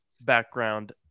background